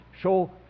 show